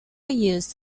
used